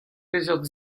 peseurt